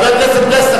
חבר הכנסת פלסנר,